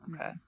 okay